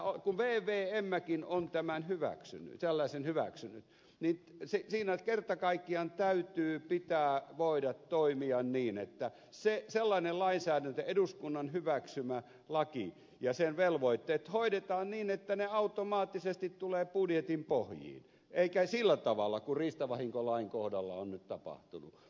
kun vmkin on sellaisen hyväksynyt niin siinä kerta kaikkiaan pitää voida toimia niin että sellainen lainsäädäntö eduskunnan hyväksymä laki ja sen velvoitteet hoidetaan niin että ne automaattisesti tulevat budjetin pohjiin eikä sillä tavalla kuin riistavahinkolain kohdalla on nyt tapahtunut